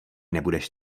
nebudeš